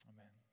Amen